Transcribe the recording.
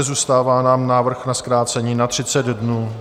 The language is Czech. Zůstává nám návrh na zkrácení na 30 dnů.